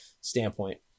standpoint